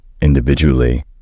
individually